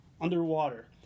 underwater